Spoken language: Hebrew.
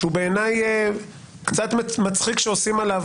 שבעיניי קצת מצחיק שעושים עליו,